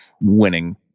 winning